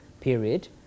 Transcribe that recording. period